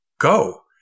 go